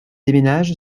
déménage